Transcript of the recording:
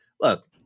look